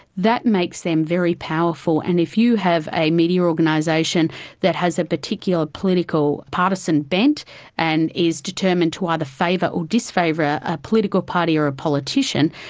that makes them very powerful. and if you have a media organisation that has a particular political partisan bent and is determined to ah either favour or disfavour a political party or a politician,